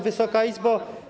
Wysoka Izbo!